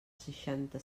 seixanta